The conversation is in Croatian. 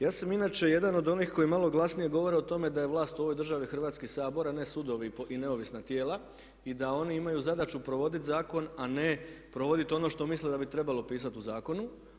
Ja sam inače jedan od onih koji malo glasnije govore o tome da je vlast u ovoj državi Hrvatski sabor a ne sudovi i neovisna tijela i da oni imaju zadaću provoditi zakon a ne provoditi ono što misle da bi trebalo pisati u zakonu.